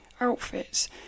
outfits